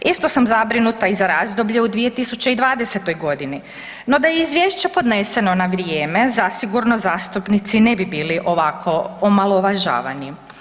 Isto sam zabrinuta i za razdoblje u 2020. g., no da je Izvješće podneseno na vrijeme, zasigurno zastupnici ne bi bili ovako omalovažavani.